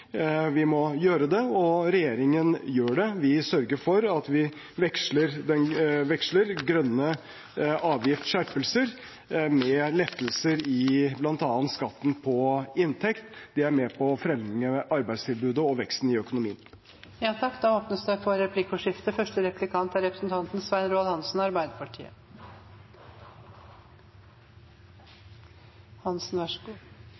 Vi må gjøre det, og regjeringen gjør det. Vi sørger for at vi veksler grønne avgiftsskjerpelser med lettelser i bl.a. skatten på inntekt. Det er med på å fremme arbeidstilbudet og veksten i økonomien. Det blir replikkordskifte. Jeg stusser litt på begrepet statsråden bruker i sitt svar til komiteen, nemlig «hensiktsmessig». Hvorfor er